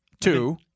two